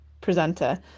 presenter